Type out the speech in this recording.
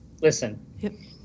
listen